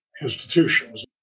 institutions